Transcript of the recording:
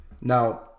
now